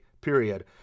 period